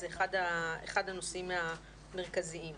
זה אחד הנושאים המרכזיים.